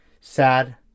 sad